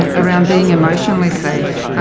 and around being emotionally safe,